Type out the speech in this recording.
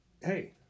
hey